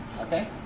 Okay